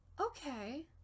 Okay